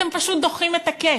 אתם פשוט דוחים את הקץ.